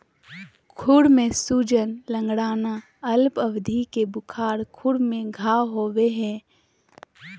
खुर में सूजन, लंगड़ाना, अल्प अवधि के बुखार, खुर में घाव होबे हइ